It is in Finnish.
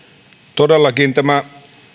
todellakin tämä